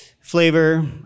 flavor